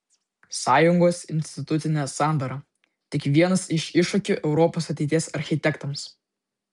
sąjungos institucinė sandara tik vienas iš iššūkių europos ateities architektams